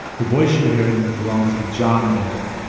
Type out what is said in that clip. the voice you're hearing belongs to john barry.